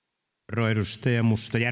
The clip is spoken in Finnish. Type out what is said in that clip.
arvoisa